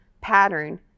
pattern